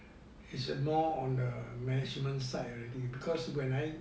is a more on the management side already because when I